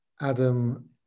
Adam